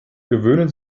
gewöhnen